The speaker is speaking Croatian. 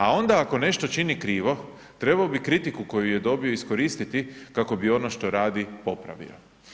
A onda ako nešto čini krivo, trebao bi kritiku koju je dobio iskoristiti kako bi ono što radi popravio.